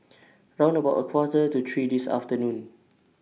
round about A Quarter to three This afternoon